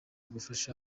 gufasha